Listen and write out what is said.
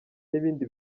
n’ibindi